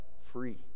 free